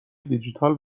دیجیتال